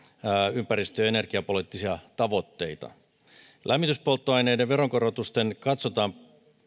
ympäristö ja energiapoliittisia tavoitteita lämmityspolttoaineiden veronkorotusten katsotaan